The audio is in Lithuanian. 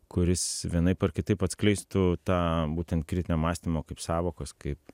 kuris vienaip ar kitaip atskleistų tą būtent kritinio mąstymo kaip sąvokos kaip